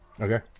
Okay